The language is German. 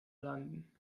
landen